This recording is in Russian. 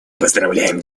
поздравляем